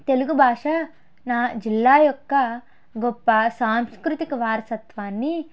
తెలుగు భాష నా జిల్లా యొక్క గొప్ప సాంస్కృతిక వారసత్వాన్ని